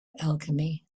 alchemy